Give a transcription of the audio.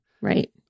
right